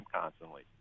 constantly